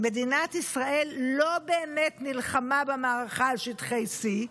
מדינת ישראל לא באמת נלחמה במערכה על שטחי C,